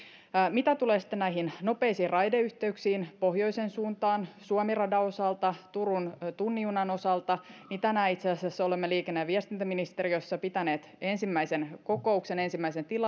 mitä tulee sitten näihin nopeisiin raideyhteyksiin pohjoisen suuntaan suomi radan osalta turun tunnin junan osalta niin tänään itse asiassa olemme liikenne ja viestintäministeriössä pitäneet ensimmäisen kokouksen ensimmäisen